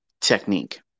technique